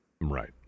Right